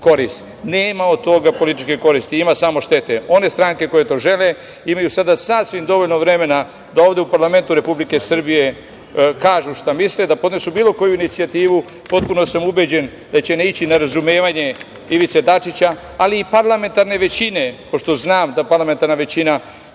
Nema od toga političke koristi, ima samo štete. One stranke koje to žele imaju sada sasvim dovoljno vremena da ovde u parlamentu Republike Srbije kažu šta misle, da podnesu bilo koju inicijativu. Potpuno sam ubeđen da će naići na razumevanje Ivice Dačića, ali i parlamentarne većine, pošto znam da parlamentarna većina